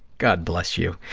god bless you.